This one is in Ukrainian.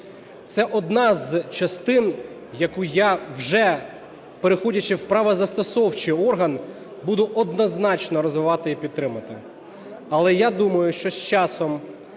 Це одна з частин, яку я вже, переходячи в правозастосовчий орган, буду однозначно розвивати і підтримувати. Але я думаю, що з часом